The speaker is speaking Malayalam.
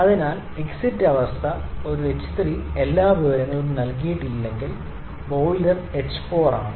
അതിനാൽ എക്സിറ്റ് അവസ്ഥ ഒരു h3 എല്ലാ വിവരങ്ങളും നൽകിയിട്ടില്ലെങ്കിൽ ബോയിലർ എച്ച് 4 ആണ്